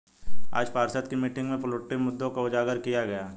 आज पार्षद की मीटिंग में पोल्ट्री मुद्दों को उजागर किया गया